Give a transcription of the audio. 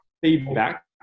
feedback